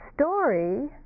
story